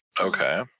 okay